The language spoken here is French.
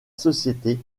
société